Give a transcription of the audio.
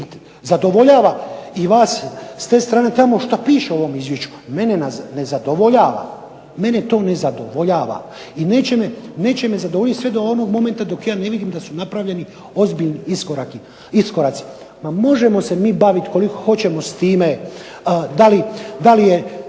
i zadovoljava i vas s te strane tamo što piše u ovom izvješću, ali mene ne zadovoljava. Mene to ne zadovoljava. I neće me zadovoljiti sve do onog momenta dok ja ne vidim da su napravljeni ozbiljni iskoraci. Pa možemo se mi baviti koliko hoćemo s time da li je